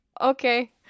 okay